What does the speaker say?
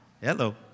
Hello